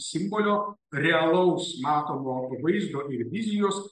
simbolio realaus matomo vaizdo ir vizijos